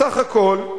בסך הכול,